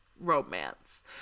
Romance